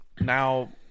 now